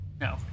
No